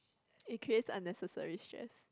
it creates unnecessary stress